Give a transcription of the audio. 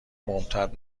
ممتد